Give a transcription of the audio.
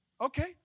Okay